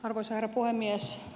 arvoisa herra puhemies